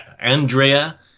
Andrea